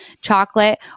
chocolate